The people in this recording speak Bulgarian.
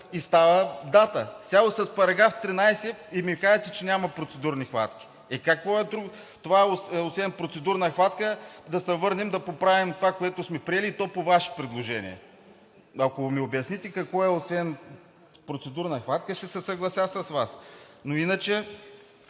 и от мнозинството в залата. И ми казвате, че няма процедурни хватки?! Какво е това, освен процедурна хватка – да се върнем да поправим това, което сме приели, и то по Ваше предложение?! Ако ми обясните какво е, освен процедурна хватка, ще се съглася с Вас. Но иначе